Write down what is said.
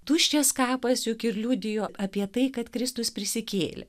tuščias kapas juk ir liudijo apie tai kad kristus prisikėlė